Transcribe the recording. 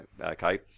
okay